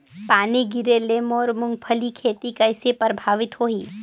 पानी गिरे ले मोर मुंगफली खेती कइसे प्रभावित होही?